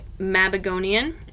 Mabagonian